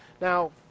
Now